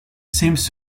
seems